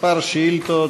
נו כמה שאילתות.